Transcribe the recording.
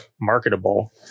marketable